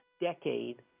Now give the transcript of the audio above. decade